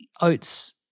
oats